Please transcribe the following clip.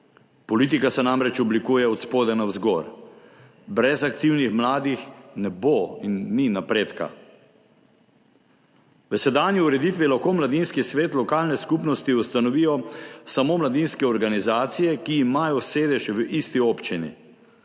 Politika se namreč oblikuje od spodaj navzgor. Brez aktivnih mladih ne bo in ni napredka. V sedanji ureditvi lahko mladinski svet lokalne skupnosti ustanovijo samo mladinske organizacije, ki imajo sedež v isti občini,